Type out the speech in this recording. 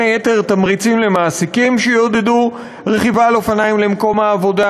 ובין היתר תמריצים למעסיקים שיעודדו רכיבה על אופניים למקום העבודה,